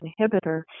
inhibitor